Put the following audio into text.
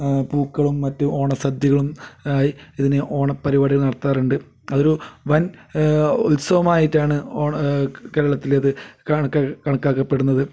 പൂക്കളും മറ്റു ഓണ സദ്യകളും ആയി ഇതിനു ഓണപ്പരിപാടികൾ നടത്താറുണ്ട് അതൊരു വൻ ഉത്സവമായിട്ടാണ് ഓണ കേരളത്തിലേത് കണ കണക്കാക്കപ്പെടുന്നത്